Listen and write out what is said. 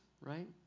right